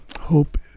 hope